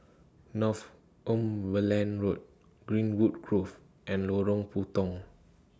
Northumberland Road Greenwood Grove and Lorong Puntong